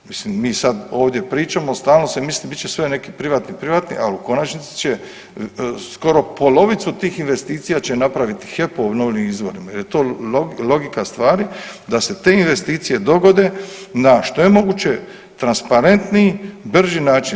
Mislim mi sad ovdje pričamo, stalno se misli bit će sve neki privatni privatni, ali u konačnici će skoro polovicu tih investicija će napraviti HEP obnovljivim izvorima, jer je to logika stvari da se te investicije dogode na što je moguće transparentniji, brži način.